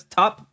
top